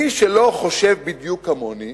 מי שלא חושב בדיוק כמוני